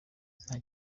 nta